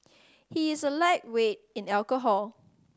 he is a lightweight in alcohol